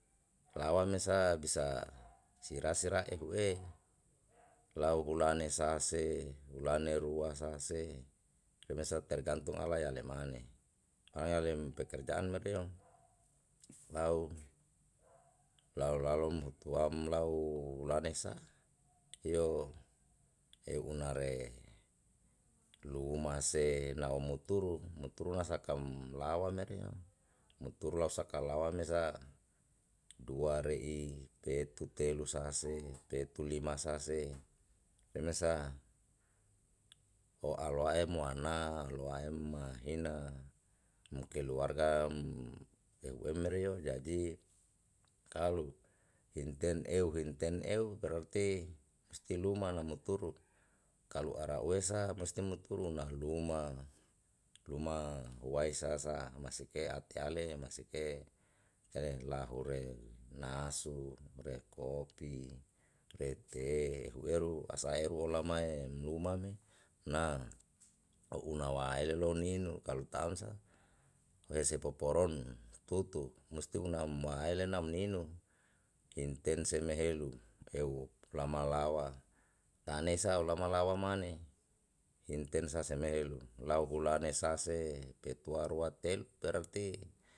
Lawamesa bisa sira sira ehu lau ulane sase ulane rua sase rumesa tergantung ala yale mane aranem pekerjaan merio lau lau lalo mhutuam lau lane sa yo e unare lumase nau muturu muturu nasa kam lawa mereo muturu law saka lawa mesa dua re'i petu telu sa'a se petu lima sase rimesa alwae muana lowaaem mahina mu keluargam ehu em mereo jadi kalu hinten eu hinten eu berati musti luma na muturu kalu ara uesa musti muturu na luma luma wae sasa masi te'at yale masi ke lahu re nasu re kopi re te ehu eru asa eru lamae lumami na ro'una waele lo ninu kalu tam sa uhese poporon tutup musti unamaele nam ninu hinteseme helu eu lamalawa tanesa olama lawa mane hintensa seme helu lau hulane sase petua rua telu berati.